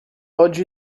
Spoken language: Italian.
oggi